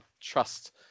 trust